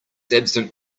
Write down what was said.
absent